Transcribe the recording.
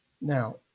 Now